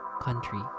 country